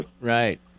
Right